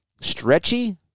stretchy